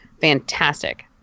fantastic